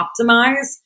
optimize